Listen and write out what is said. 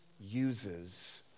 uses